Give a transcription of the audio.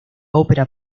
opera